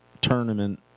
tournament